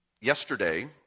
Yesterday